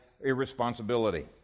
irresponsibility